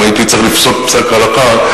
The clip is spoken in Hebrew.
אם הייתי צריך לפסוק פסק הלכה,